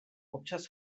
občas